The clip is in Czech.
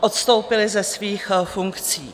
odstoupili ze svých funkcí.